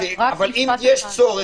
אבל אם יש צורך,